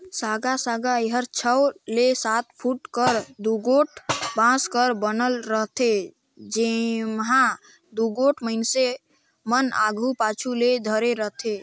साँगा साँगा एहर छव ले सात फुट कर दुगोट बांस कर बनल रहथे, जेम्हा दुगोट मइनसे मन आघु पाछू ले धरे रहथे